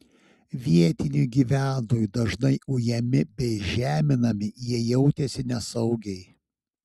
vietinių gyventojų dažnai ujami bei žeminami jie jautėsi nesaugiai